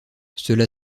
cela